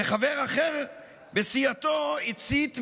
וחבר אחר בסיעתו הצית מסגד.